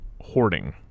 hoarding